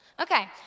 Okay